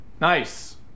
Nice